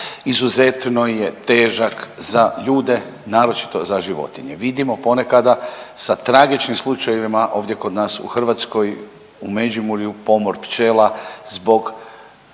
izuzetno je težak za ljude, naročito za životinje. Vidimo ponekada sa tragičnim slučajevima ovdje kod nas u Hrvatskoj, u Međimurju, pomor pčela zbog